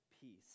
peace